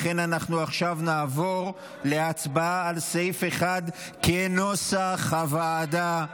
לכן אנחנו עכשיו נעבור להצבעה על סעיף 1 כנוסח הוועדה.